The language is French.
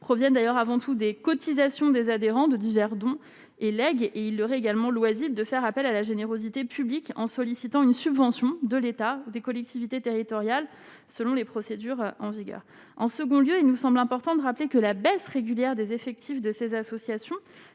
proviennent d'ailleurs avant tout des cotisations des adhérents de d'Yverdon et legs et il aurait également loisible de faire appel à la générosité publique en sollicitant une subvention de l'État ou des collectivités territoriales, selon les procédures en vigueur, en second lieu, il nous semble important de rappeler que la baisse régulière des effectifs de ces associations,